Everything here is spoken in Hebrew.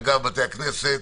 אגב, בתי הכנסת